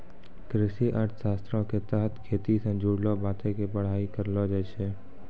कृषि अर्थशास्त्रो के तहत खेती से जुड़लो बातो के पढ़ाई करलो जाय छै